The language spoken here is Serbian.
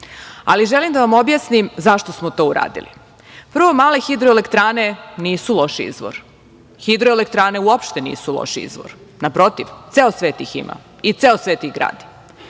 ali želim da vam objasnim zašto smo to uradili. Prvo, male hidroelektrane nisu loš izvor. Hidroelektrane uopšte nisu loš izvor. Naprotiv, ceo svet ih ima i ceo svet ih gradi.